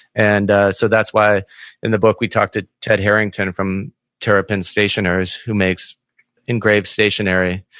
and so that's why in the book, we talk to ted harrington from terrapin stationers, who makes engraved stationary.